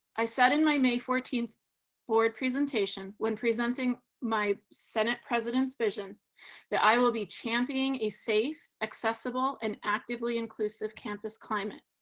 i said in my may fourteenth board presentation when presenting my senate president's vision that i will be championing a safe, accessible and actively inclusive campus climate.